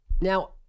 Now